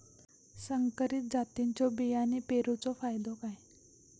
संकरित जातींच्यो बियाणी पेरूचो फायदो काय?